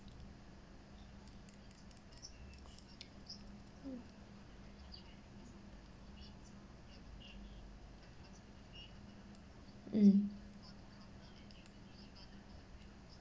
mm